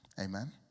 amen